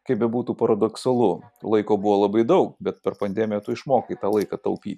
kaip bebūtų paradoksalu laiko buvo labai daug bet per pandemiją tu išmokai tą laiką taupyt